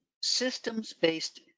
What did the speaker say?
systems-based